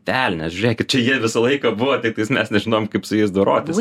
velnias žiūrėkit čia jie visą laiką buvo tiktais mes nežinojom kaip su jais dorotis